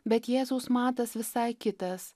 bet jėzaus matas visai kitas